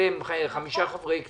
אתם חמישה חברי כנסת.